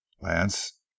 Lance